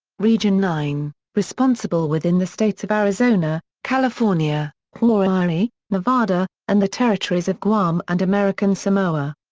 region nine responsible within the states of arizona, california, hawai'i, nevada, and the territories of guam and american samoa.